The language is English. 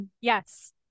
Yes